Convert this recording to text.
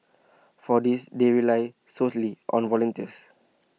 for this they rely solely on volunteers